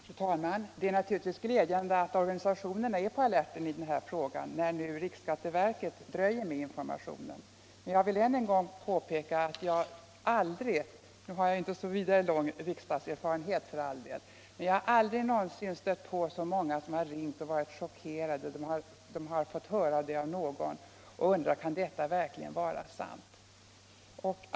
Fru talman! Det är naturligtvis glädjande att organisationerna är på alerten i den här frågan, när nu riksskatteverket dröjer med informationen. Men jag vill än en gång påpeka att jag aldrig någonsin — nu har jag ju för all del inte så vidare lång riksdagserfarenhet — varit med om att så många har ringt och varit chockerade över vad de har fått höra av någon. De undrar om det verkligen kan vara sant.